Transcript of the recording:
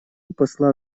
посла